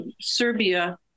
Serbia